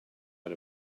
out